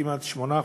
כמעט 8%,